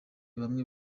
bamwe